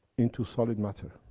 into solid matter?